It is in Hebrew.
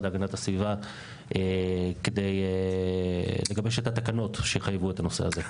להגנת הסביבה כדי לגבש את התקנות שיחייבו את הנושא הזה.